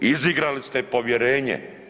Izigrali ste povjerenje.